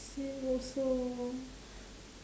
same also